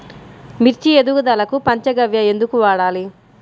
మిర్చి ఎదుగుదలకు పంచ గవ్య ఎందుకు వాడాలి?